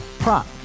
Prop